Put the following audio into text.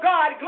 God